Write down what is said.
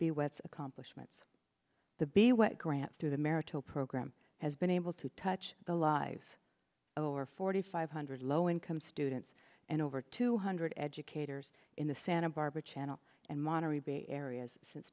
the wets accomplishments the big what grant through the marital program has been able to touch the lives of over forty five hundred low income students and over two hundred educators in the santa barbara channel and monterey bay areas since